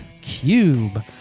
Cube